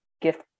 gift